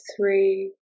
three